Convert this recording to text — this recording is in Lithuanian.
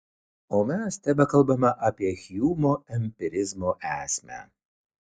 o mes tebekalbame apie hjumo empirizmo esmę